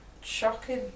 Shocking